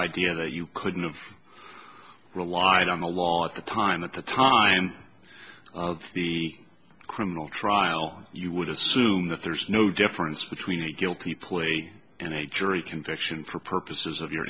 idea that you couldn't have relied on the law at the time at the time of the criminal trial you would assume that there's no difference between a guilty plea and a jury conviction for purposes of your